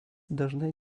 dažnai